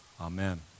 Amen